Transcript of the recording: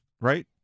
right